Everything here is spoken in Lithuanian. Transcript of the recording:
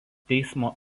teismo